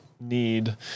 need